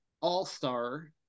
All-star